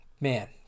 man